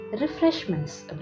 refreshments